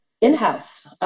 in-house